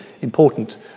important